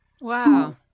Wow